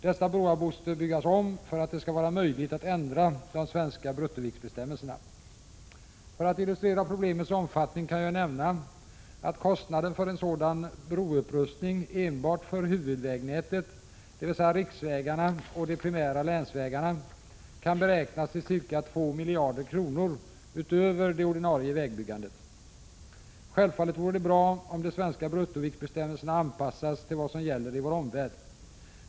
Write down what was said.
Dessa broar måste byggas om för att det skall vara möjligt att ändra de svenska bruttoviktsbestämmelserna. För att illustrera problemets omfattning kan jag nämna att kostnaden för en sådan broupprustning enbart för huvudvägnätet — dvs. riksvägarna och de primära länsvägarna — kan beräknas till ca 2 000 milj.kr. utöver det ordinarie vägbyggandet. Självfallet vore det bra om de svenska bruttoviktsbestämmelserna anpassas till vad som gäller i vår omvärld.